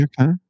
okay